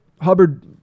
Hubbard